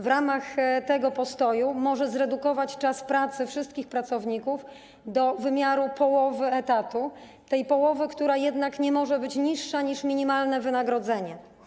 W ramach tego postoju może zredukować czas pracy wszystkich pracowników do wymiaru połowy etatu, tej połowy, która jednak nie może być niższa niż minimalne wynagrodzenie.